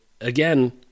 again